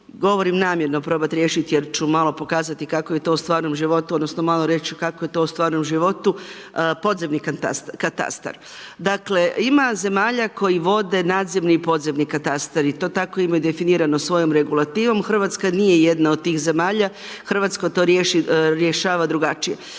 govorim namjerno probati riješiti jer ću malo pokazati kako je to u stvarnom životu odnosno malo reći kako je to u stvarnom životu, podzemni katastar. Dakle, ima zemalja koji vodi nadzemni i podzemni katastar i to tako imaju definirano svojoj regulativom. Hrvatska nije jedna od tih zemalja, Hrvatska to rješava drugačije.